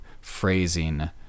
phrasing